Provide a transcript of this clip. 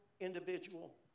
individual